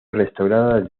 restauradas